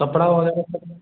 कपड़ा वगैरह सब